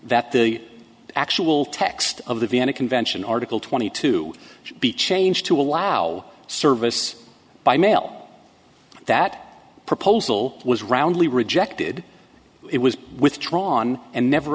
that the actual text of the vienna convention article twenty two should be changed to allow service by mail that proposal was roundly rejected it was withdrawn and never